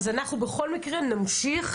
אנחנו בכל מקרה נמשיך,